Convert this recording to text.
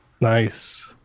Nice